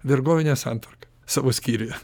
vergovinę santvarką savo skyriuje